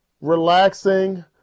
relaxing